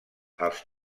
els